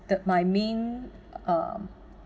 that my main um